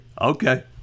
okay